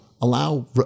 allow